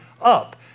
up